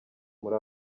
muri